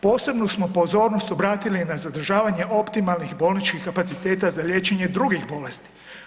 Posebnu smo pozornost obratili na zadržavanje optimalnih bolničkih kapaciteta za liječenje drugih bolesti.